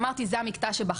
כמו שאמרתי זה המקטע שבחרנו,